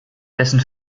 dessen